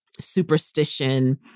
superstition